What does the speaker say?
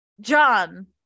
john